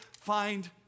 find